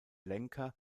lenker